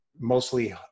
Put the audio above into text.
mostly